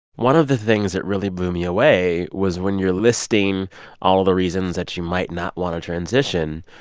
one of the things that really blew me away was when you're listing all the reasons that you might not want to transition,